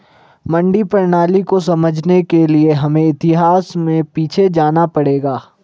मंडी प्रणाली को समझने के लिए हमें इतिहास में पीछे जाना पड़ेगा